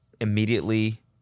immediately